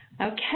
Okay